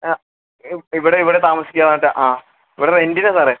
ആ ഇവിടെ ഇവിടെ താമസിക്കാനായിട്ട് ആ ഇവിടെ റെന്റിനാണ് സാറേ